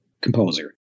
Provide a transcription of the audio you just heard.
composer